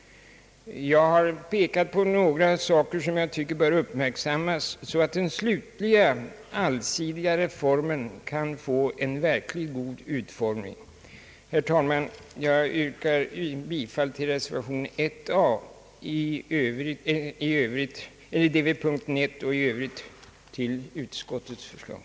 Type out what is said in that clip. Jag har här pekat på några saker som jag anser böra uppmärksammas så att den slutliga, allsidiga reformen skall kunna få en verkligt god utformning. Herr talman! Jag yrkar bifall till den med 1a betecknade reservationen vid utskottets utlåtande under punkten 1 och i övrigt bifall till utskottets förslag.